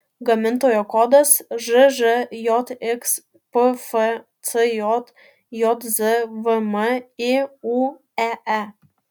gamintojo kodas žžjx pfcj jzvm iūee